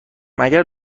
مگر